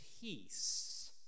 peace